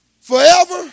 forever